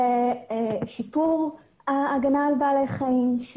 ששיפור ההגנה על בעלי חיים,